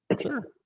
Sure